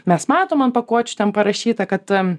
mes matome ant pakuočių ten parašyta kad